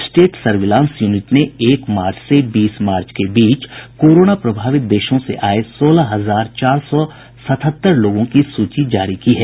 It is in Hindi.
स्टेट सर्विलांस यूनिट ने एक मार्च से बीस मार्च के बीच कोरोना प्रभावित देशों से आये सोलह हजार चार सौ सतहत्तर लोगों की सूची जारी की है